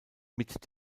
mit